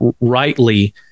rightly